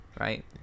right